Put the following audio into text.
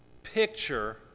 picture